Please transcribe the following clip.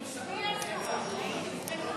הצביעה ויצאה.